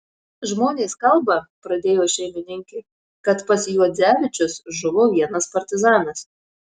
žmonės kalba pradėjo šeimininkė kad pas juodzevičius žuvo vienas partizanas